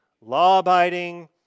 law-abiding